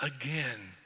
again